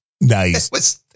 Nice